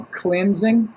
cleansing